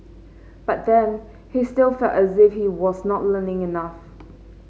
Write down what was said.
but then he still felt as if he was not learning enough